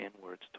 inwards